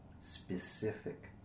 Specific